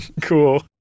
Cool